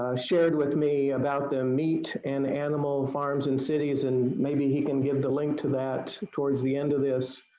ah shared with me about the meat and animal farms in cities and maybe he can give the link to that towards the end of this.